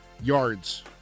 yards